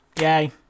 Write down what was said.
Yay